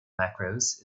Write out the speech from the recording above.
macros